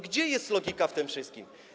Gdzie jest logika w tym wszystkim?